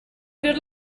good